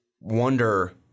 wonder